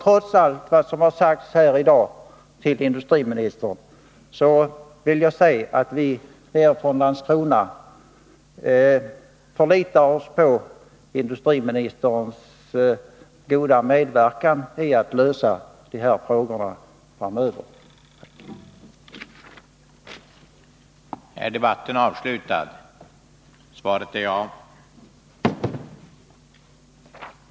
Trots allt vad som har sagts här i dag till industriministern vill jag framhålla att vi i Landskrona förlitar oss på industriministerns goda medverkan när det gäller att lösa de här frågorna framöver.